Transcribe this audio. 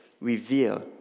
reveal